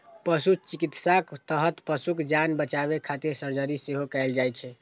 पशु चिकित्साक तहत पशुक जान बचाबै खातिर सर्जरी सेहो कैल जाइ छै